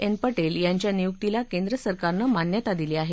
N Patel यांच्या नियुक्तीला केंद्रसरकारनं मान्यता दिली आहे